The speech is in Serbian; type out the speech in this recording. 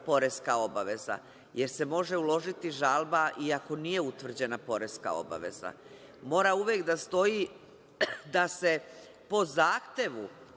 poreska obaveza, jer se može uložiti žalba i ako nije utvrđena poreska obaveza. Mora uvek da stoji da se po zahtevu